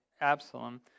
Absalom